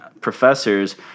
professors